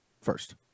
first